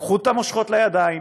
קחו את המושכות לידיים,